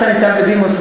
כיוון שאתה ניצב בדימוס,